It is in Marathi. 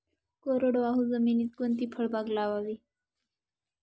कोरडवाहू जमिनीत कोणती फळबाग लावावी?